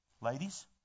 Ladies